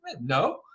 No